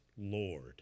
Lord